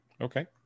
Okay